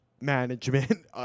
management